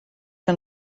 que